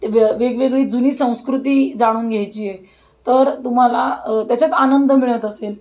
ते वेगवेगळी जुनी संस्कृती जाणून घ्यायची आहे तर तुम्हाला त्याच्यात आनंद मिळत असेल